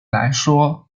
来说